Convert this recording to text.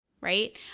right